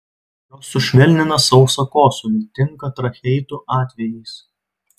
jos sušvelnina sausą kosulį tinka tracheitų atvejais